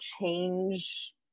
change